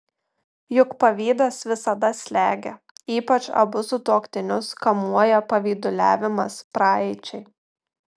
juk pavydas visada slegia ypač abu sutuoktinius kamuoja pavyduliavimas praeičiai